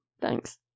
Thanks